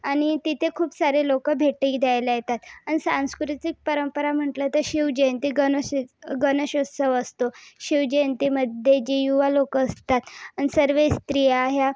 आणि तिथे खूप सारे लोक भेटी द्यायला येतात आणि सांस्कृतिक परंपरा म्हटलं तर शिवजयंती गणेशउ गणेशोत्सव असतो शिवजयंतीमध्ये जी युवा लोक असतात आणि सर्व स्त्रिया ह्या